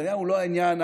נתניהו הוא לא העניין.